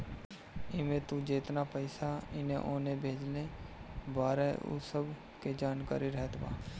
एमे तू जेतना पईसा एने ओने भेजले बारअ उ सब के जानकारी रहत बा